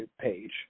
page